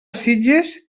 sitges